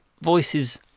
voices